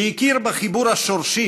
שהכיר בחיבור השורשי